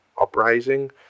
uprising